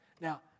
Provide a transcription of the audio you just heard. Now